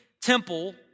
temple